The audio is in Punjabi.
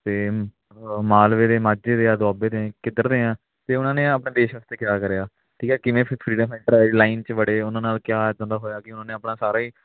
ਅਤੇ ਮਾਲਵੇ ਦੇ ਮਾਝੇ ਦੇ ਆ ਦੁਆਬੇ ਦੇ ਆ ਕਿੱਧਰ ਦੇ ਆ ਅਤੇ ਉਹਨਾਂ ਨੇ ਆਪਣੇ ਦੇਸ਼ ਵਾਸਤੇ ਕਿਆ ਕਰਿਆ ਠੀਕ ਹੈ ਕਿਵੇਂ ਫਰੀਡਮ ਫਾਈਟਰਸ ਵਾਲੀ ਲਾਈਨ 'ਚ ਵੜੇ ਉਹਨਾਂ ਨਾਲ ਕਿਆ ਇੱਦਾਂ ਦਾ ਹੋਇਆ ਕਿ ਉਹਨਾਂ ਨੇ ਆਪਣਾ ਸਾਰਾ ਹੀ